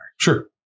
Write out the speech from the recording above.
Sure